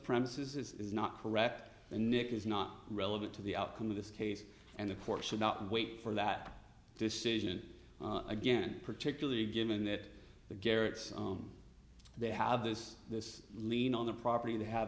premises is not correct and nic is not relevant to the outcome of this case and the court should not wait for that decision again particularly given that the garrets on they have this this lean on the property they have